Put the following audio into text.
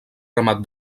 ramat